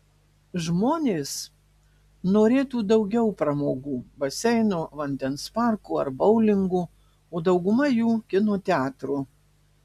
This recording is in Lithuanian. žmonės norėtų daugiau pramogų baseino vandens parko ar boulingo o dauguma jų kino teatro